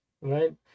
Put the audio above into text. right